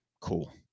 Cool